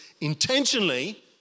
intentionally